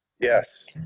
yes